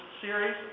series